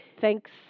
Thanks